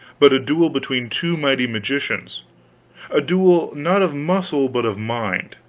but a duel between two mighty magicians a duel not of muscle but of mind,